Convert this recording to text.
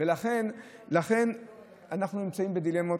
ולכן אנחנו נמצאים בדילמות.